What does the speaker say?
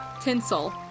Tinsel